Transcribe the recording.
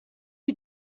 you